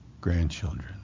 Grandchildren